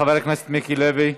חבר הכנסת מיקי לוי.